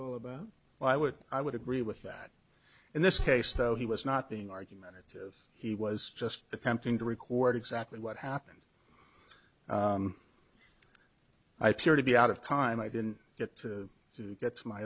all about why would i would agree with that in this case though he was not being argumentative he was just attempting to record exactly what happened i peered to be out of time i didn't get to get to my